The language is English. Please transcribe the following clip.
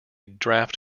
draft